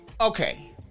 Okay